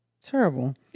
terrible